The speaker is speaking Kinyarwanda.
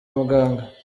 muganga